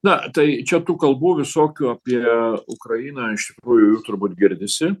na tai čia tų kalbų visokių apie ukrainą iš tikrųjų jų turbūt girdisi